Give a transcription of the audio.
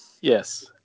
Yes